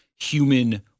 human